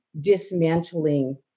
dismantling